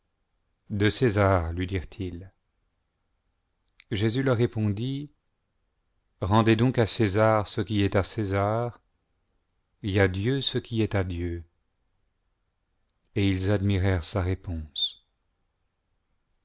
de césar lui dirent-ils jésus leur répondit rendez donc à césar ce qui est à césar et à dieu ce qui est à dieu et ils admirèrent sa réponse